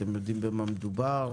אתם יודעים במה מדובר?